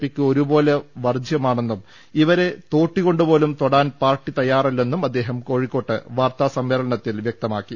പിക്ക് ഒരുപോലെ വർജ്യമാ ണെന്നും ഇവരെ തോട്ടികൊണ്ടുപോലും തൊടാൻ പാർട്ടി തയ്യാറല്ലെന്നും അദ്ദേഹം കോഴിക്കോട്ട് വാർത്താസമ്മേളനത്തിൽ വൃക്തമാക്കി